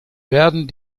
werden